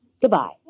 Goodbye